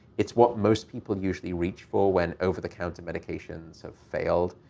it's what most people usually reach for when over-the-counter medications have failed.